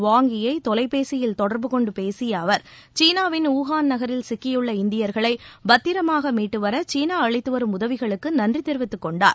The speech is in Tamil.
வாங் யி ஐ தொலைபேசியில் தொடர்புகொண்டு பேசிய அவர் சீனாவின் வூஹான் நகரில் சிக்கியுள்ள இந்தியர்களை பத்திரமாக மீட்டு வர சீனா அளித்துவரும் உதவிகளுக்கு நன்றி தெரிவித்துக் கொண்டார்